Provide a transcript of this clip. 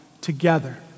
together